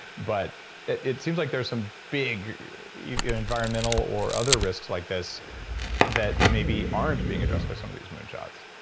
but it seems like there's some big you know environmental or other risks like this that maybe aren't being addressed by some of these moonshots